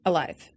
Alive